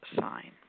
sign